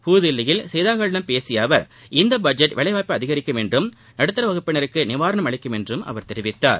புதுதில்லியில் செய்தியாளர்களிடம் பேசிய அவர் இந்த பட்ஜெட் வேலைவாய்ப்பை அதிகரிக்கும் என்றும் நடுத்தர வகுப்பினருக்கு நிவாரணம் அளிக்கும் என்றும் தெரிவித்துள்ளார்